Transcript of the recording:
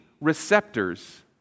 receptors